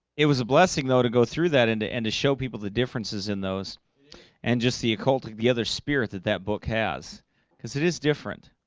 it was a blessing though to go through that into end to show people the differences in those and just the occultic the other spirit that that book has because it is different.